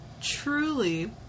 Truly